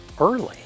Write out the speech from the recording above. early